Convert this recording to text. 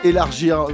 Élargir